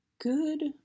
good